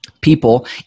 People